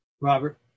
Robert